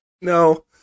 no